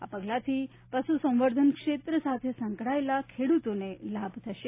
આ પગલાથી પશુ સંવર્ધન ક્ષેત્ર સાથે સંકળાયેલા ખેડુતોને લાભ થશે